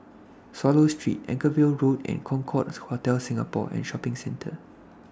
Swallow Street Anchorvale Road and Concorde Hotel Singapore and Shopping Centre